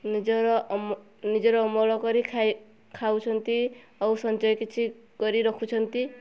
ନିଜର ନିଜର ଅମଳ କରି ଖାଉଛନ୍ତି ଆଉ ସଞ୍ଚୟ କିଛି କରି ରଖୁଛନ୍ତି